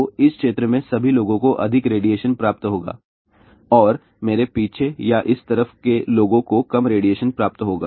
तो इस क्षेत्र के सभी लोगों को अधिक रेडिएशन प्राप्त होगा और मेरे पीछे या इस तरफ के लोगों को कम रेडिएशन प्राप्त होगा